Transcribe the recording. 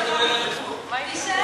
תקבל תשובה.